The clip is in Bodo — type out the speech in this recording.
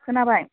खोनाबाय